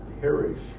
perish